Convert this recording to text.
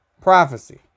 prophecy